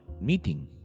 meeting